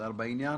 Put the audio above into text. מסודר בעניין.